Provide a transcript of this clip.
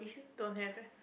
don't have eh